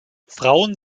frauen